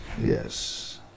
Yes